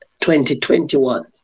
2021